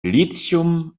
lithium